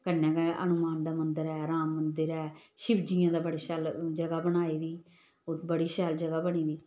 कन्नै गै हनुमान दा मंदर ऐ राम मंदर ऐ शिवजियें दा बड़ी शैल जगह बनाई दी ओह् बड़ी शैल जगह बनी दी